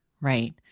right